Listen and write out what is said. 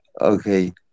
Okay